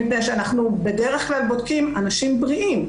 מפני שאנחנו בדרך כלל בודקים אנשים בריאים,